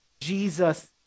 Jesus